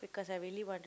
because I really wanted